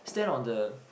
stand on the